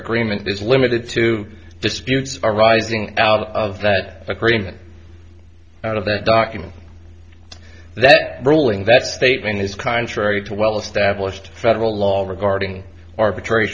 agreement is limited to disputes arising out of that agreement out of the document that ruling that statement is contrary to well established federal law regarding arbitra